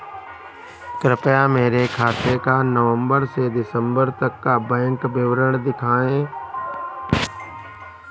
कृपया मेरे खाते का नवम्बर से दिसम्बर तक का बैंक विवरण दिखाएं?